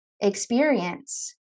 experience